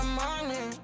money